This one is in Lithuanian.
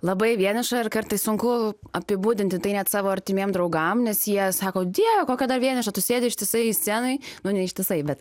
labai vieniša ir kartais sunku apibūdinti tai net savo artimiem draugam nes jie sako dieve kokia dar vieniša tu sėdi ištisai scenoj nu ne ištisai bet